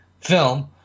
film